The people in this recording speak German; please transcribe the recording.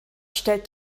stellt